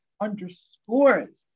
underscores